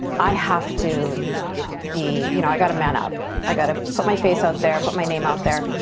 i have to be, you know, i gotta man up. i gotta put my face out there, put my name out there.